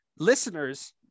Listeners